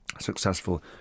successful